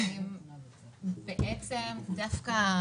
אם תסתכל בסיכום